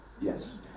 Yes